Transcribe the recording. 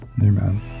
amen